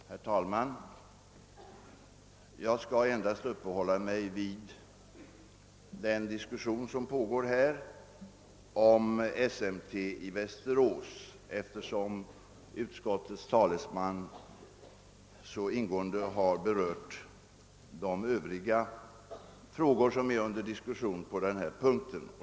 Herr talman! Jag skall endast uppehålla mig vid den diskussion som pågår om SMT i Västerås, eftersom utskottets talesman så ingående har berört de övriga frågor som är under debatt.